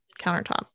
countertop